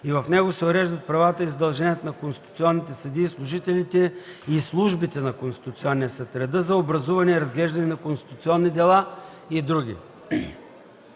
и в него се уреждат правата и задълженията на конституционните съдии, служителите и службите на Конституционния съд, реда за образуване и разглеждане на конституционни дела и др.